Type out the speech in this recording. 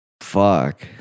Fuck